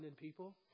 people